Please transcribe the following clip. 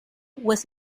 was